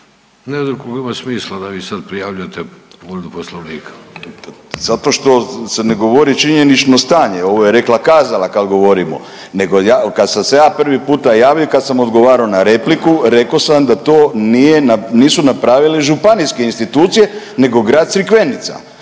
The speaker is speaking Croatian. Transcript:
koliko ima smisla da vi sad prijavljujete povredu poslovnika. **Fabijanić, Erik (Nezavisni)** Zato što sam govorio činjenično stanje, ovo je rekla kazala kad govorimo, nego ja, kad sam se ja prvi puta javio i kad sam odgovarao na repliku reko sam da to nije na…, nisu napravile županijske institucije nego grad Crikvenica,